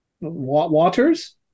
Waters